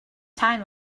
time